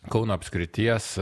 kauno apskrities